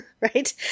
Right